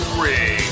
ring